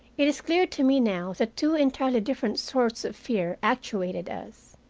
it is clear to me now that two entirely different sorts of fear actuated us.